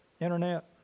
internet